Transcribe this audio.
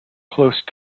close